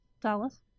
Dallas